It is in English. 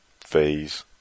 phase